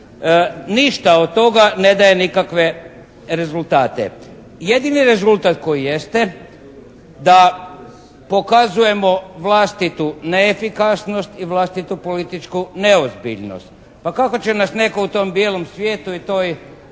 Ništa od toga ne daje nikakve rezultate. Jedini rezultat koji jeste da pokazujemo vlastitu neefikasnost i vlastitu političku neozbiljnost. Pa kako će nas netko u tom bijelom svijetu i u toj